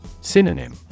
Synonym